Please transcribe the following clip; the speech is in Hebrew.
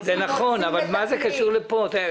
נכון, אבל מה זה קשור לפה?